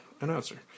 Announcer